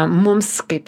mums kaip